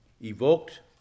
evoked